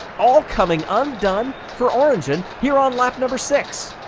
all coming undone for orn, here on lap number six.